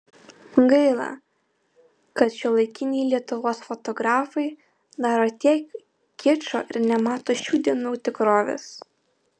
gaila kad šiuolaikiniai lietuvos fotografai daro tiek kičo ir nemato šių dienų tikrovės